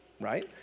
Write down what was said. right